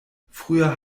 früher